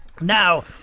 Now